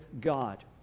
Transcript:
God